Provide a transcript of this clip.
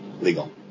legal